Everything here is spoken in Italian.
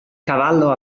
cavallo